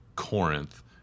Corinth